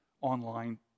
online